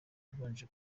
yabanje